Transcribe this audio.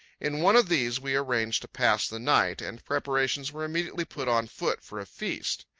in one of these we arranged to pass the night, and preparations were immediately put on foot for a feast.